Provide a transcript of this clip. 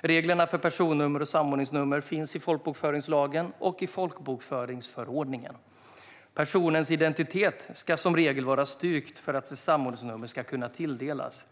Reglerna för personnummer och samordningsnummer finns i folkbokföringslagen och folkbokföringsförordningen. Personens identitet ska som regel vara styrkt för att ett samordningsnummer ska kunna tilldelas.